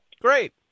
Great